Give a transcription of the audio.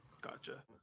Gotcha